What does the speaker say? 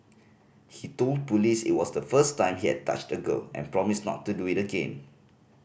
he told police it was the first time he had touched a girl and promised not to do it again